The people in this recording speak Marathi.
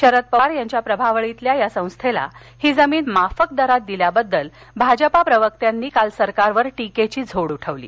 शरद पवार यांच्या प्रभावळीतील या संस्थेला ही जमीन माफक दरात दिल्याबद्दल भाजपा प्रवक्त्यांनी काल सरकारवर टीकेची झोड उठवली